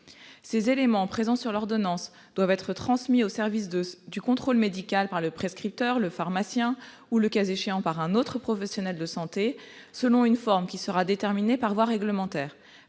ces éléments présents sur l'ordonnance doivent être transmis au service de du contrôle médical par le prescripteur, le pharmacien ou le cas échéant par un autre professionnel de santé, selon une forme qui sera déterminé par voie réglementaire,